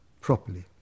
properly